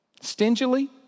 stingily